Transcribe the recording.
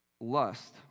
lust